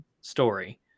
story